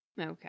Okay